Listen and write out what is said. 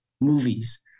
movies